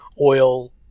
oil